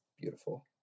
beautiful